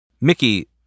Mickey